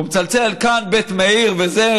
והוא מצלצל: כאן בית מאיר וזה,